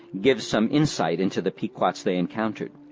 gives some insight into the pequot's they encountered